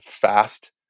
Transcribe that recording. fast